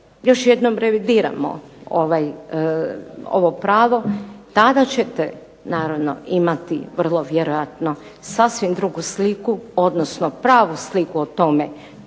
još jednom revidiramo ovo pravo, tada ćete naravno imati vrlo vjerojatno sasvim drugu sliku, odnosno pravu sliku o tome